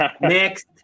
Next